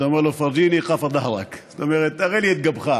אתה אומר לו: (אומר בערבית ומתרגם:) זאת אומרת: תראה לי את גבך.